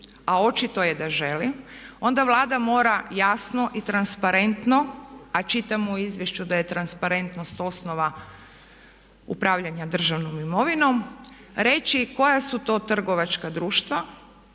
a očito je da želi, onda Vlada mora jasno i transparentno a čitamo u izvješću da je transparentnost osnova upravljanja državnom imovinom reći koja su to trgovačka društva